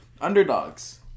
Underdogs